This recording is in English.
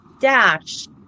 dash